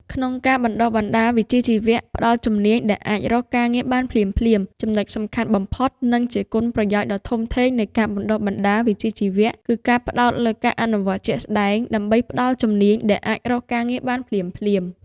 ក្នុងការបណ្តុះបណ្តាលវិជ្ជាជីវៈ ផ្តល់ជំនាញដែលអាចរកការងារបានភ្លាមៗ ចំណុចសំខាន់បំផុត និងជាគុណប្រយោជន៍ដ៏ធំធេងនៃការបណ្តុះបណ្តាលវិជ្ជាជីវៈ គឺការផ្តោតលើ ការអនុវត្តជាក់ស្តែង ដើម្បីផ្តល់ជំនាញដែលអាចរកការងារបានភ្លាមៗ។